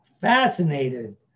fascinated